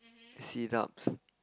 sit ups